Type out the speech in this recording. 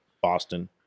Boston